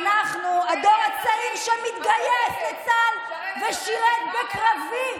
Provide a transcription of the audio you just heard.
אנחנו הדור הצעיר שמתגייס לצה"ל ושירת בקרבי,